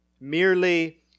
merely